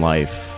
Life